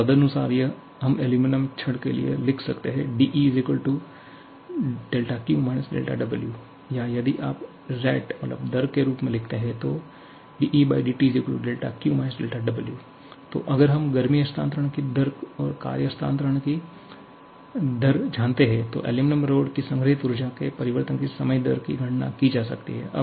तो तदनुसार हम एल्यूमीनियम छड़ के लिए लिख सकते हैं dE δQ - δW या यदि आप दर के रूप में लिखते हैं तो 𝑑𝐸𝑑𝑇 𝛿𝑄̇ − 𝛿𝑊 तो अगर हम गर्मी हस्तांतरण की दर और कार्य हस्तांतरण की दर जानते हैं तो एल्यूमीनियम रॉड की संग्रहीत ऊर्जा के परिवर्तन की समय दर की गणना की जा सकती है